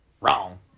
Wrong